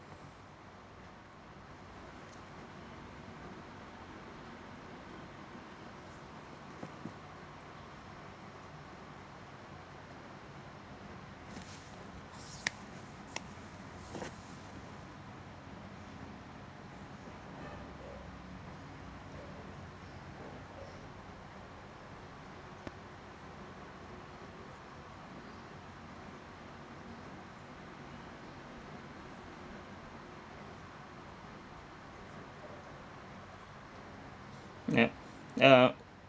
yup yup